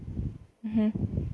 mmhmm